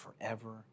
forever